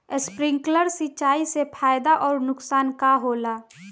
Sprinkler सिंचाई से फायदा अउर नुकसान का होला?